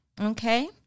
Okay